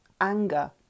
Anger